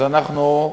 אז אנחנו,